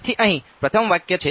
તેથી અહીં પ્રથમ વાક્ય છે